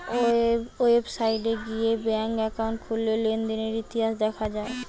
website গিয়ে bank account খুললে লেনদেনের ইতিহাস দেখা যায়